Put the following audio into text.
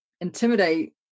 intimidate